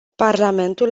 parlamentul